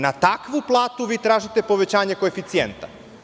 Na takvu platu vi tražite povećanje koeficijenta.